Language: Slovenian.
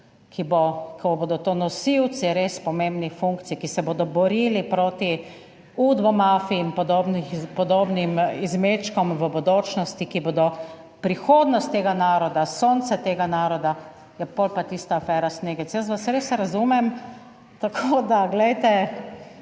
ki bo, ko bodo to nosilci res pomembnih funkcij, ki se bodo borili proti udbo mafiji in podobno, podobnim izmečkom v bodočnosti, ki bodo prihodnost tega naroda, sonce tega naroda, ja potem pa tista afera Snegec. Jaz vas res razumem. Tako da, glejte,